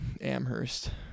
Amherst